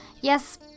Yes